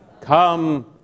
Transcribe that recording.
Come